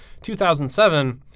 2007